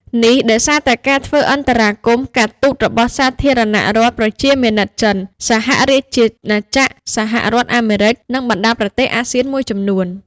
នេះដោយសារតែការធ្វើអន្តរាគមន៍ការទូតរបស់សាធារណរដ្ឋប្រជាមានិតចិន សហរាជាណាចក្រ សហរដ្ឋអាមេរិក និងបណ្តាប្រទេសអាស៊ានមួយចំនួន។